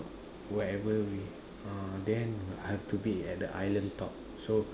whatever we ah then have to be at the island top so